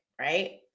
right